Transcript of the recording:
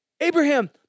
Abraham